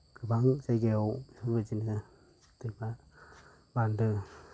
गोबां जायगायाव बेफोरबायदिनो बान्दो